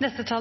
Når jeg